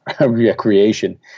recreation